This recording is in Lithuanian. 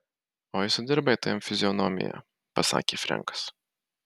oi sudirbai tu jam fizionomiją pasakė frenkas